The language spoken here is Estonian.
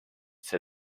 see